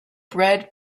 bred